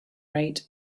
rate